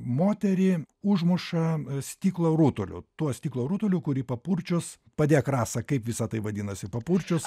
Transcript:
moterį užmuša stiklo rutuliu tuo stiklo rutuliu kurį papurčius padėk rasa kaip visa tai vadinasi papurčius